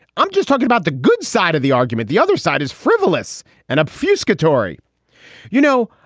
i'm just talking about the good side of the argument. the other side is frivolous and a few scot-free you know,